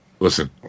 Listen